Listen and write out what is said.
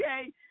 okay